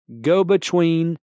go-between